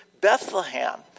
Bethlehem